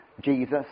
Jesus